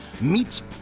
meets